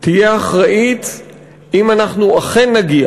תהיה אחראית אם אנחנו אכן נגיע